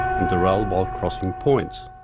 and derailed while crossing points.